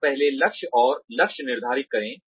आप पहले लक्ष्य और लक्ष्य निर्धारित करें